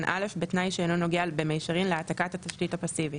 (א) בתנאי שאינו נוגע במישרין להעתקת התשתית הפסיבית.